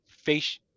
Face